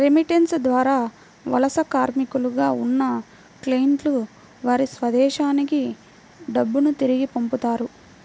remittance ద్వారా వలస కార్మికులుగా ఉన్న క్లయింట్లు వారి స్వదేశానికి డబ్బును తిరిగి పంపుతారు